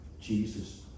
Jesus